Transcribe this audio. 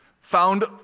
found